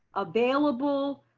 available